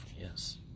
Yes